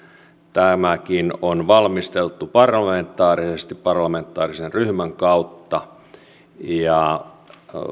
tämäkin on valmisteltu parlamentaarisesti parlamentaarisen ryhmän kautta